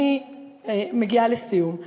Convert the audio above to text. למשל, אני מגיעה לסיום,